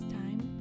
time